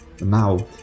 Now